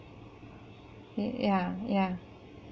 y~ ya ya